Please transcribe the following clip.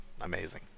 amazing